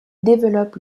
développe